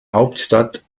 hauptstadt